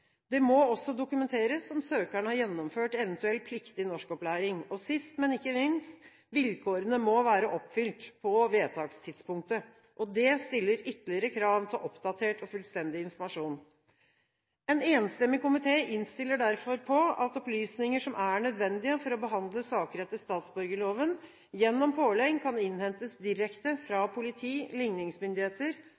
Det må også dokumenteres om søkeren har gjennomført eventuelt pliktig norskopplæring, og sist, men ikke minst: Vilkårene må være oppfylt på vedtakstidspunktet. Det stiller ytterligere krav til oppdatert og fullstendig informasjon. En enstemmig komité innstiller derfor på at opplysninger som er nødvendige for å behandle saker etter statsborgerloven, gjennom pålegg kan innhentes direkte fra